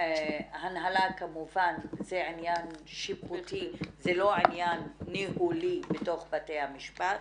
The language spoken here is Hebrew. מהנהלה כמובן זה עניין שיפוטי ולא עניין ניהולי בתוך בתי המשפט.